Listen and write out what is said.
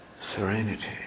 serenity